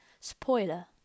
Spoiler